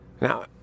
Now